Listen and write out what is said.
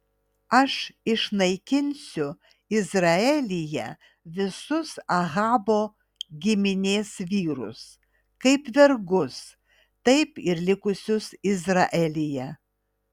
aš išnaikinsiu izraelyje visus ahabo giminės vyrus kaip vergus taip ir likusius izraelyje